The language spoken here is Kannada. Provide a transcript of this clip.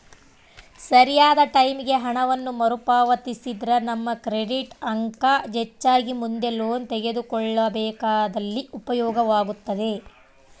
ಸರಿಯಾದ ಟೈಮಿಗೆ ಹಣವನ್ನು ಮರುಪಾವತಿಸಿದ್ರ ನಮ್ಮ ಕ್ರೆಡಿಟ್ ಅಂಕ ಹೆಚ್ಚಾಗಿ ಮುಂದೆ ಲೋನ್ ತೆಗೆದುಕೊಳ್ಳಬೇಕಾದಲ್ಲಿ ಉಪಯೋಗವಾಗುತ್ತದೆ